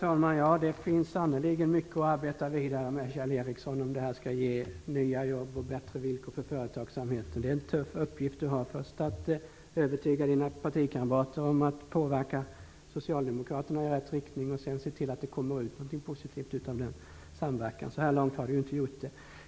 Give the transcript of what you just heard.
Herr talman! Det finns sannerligen mycket att arbeta vidare med om detta skall ge nya jobb och bättre villkor för företagsamheten, Kjell Ericsson. Det är en tuff uppgift Kjell Ericsson har i att först övertyga sina partikamrater att påverka Socialdemokraterna i rätt riktning och sedan se till att det kommer ut någonting positivt utav den samverkan. Så här långt har det i varje fall inte gjort det.